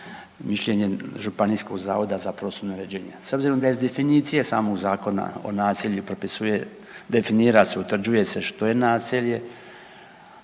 mišljenje Županijskog zavoda za prostorno uređenje. S obzirom da iz definicije samog Zakona o naselju propisuje, definira se, utvrđuje se što je naselje,